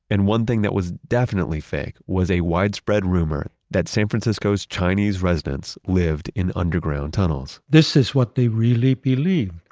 and one thing that was definitely fake was a widespread rumor that san francisco's chinese residents lived in underground tunnels this is what they really believe,